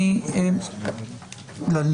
אנחנו